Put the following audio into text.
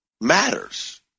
matters